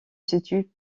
situe